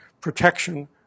protection